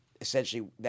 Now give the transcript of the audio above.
essentially